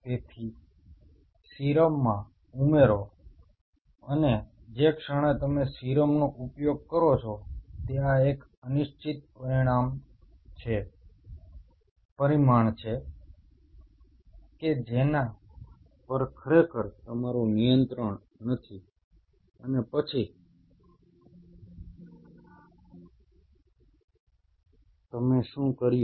તેથી સીરમમાં ઉમેરો અને જે ક્ષણે તમે સીરમનો ઉપયોગ કરો છો તે આ એક અનિશ્ચિત પરિમાણ છે કે જેના પર ખરેખર તમારું કોઈ નિયંત્રણ નથી અને પછી તમે શું કર્યું